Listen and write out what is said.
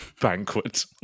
Banquet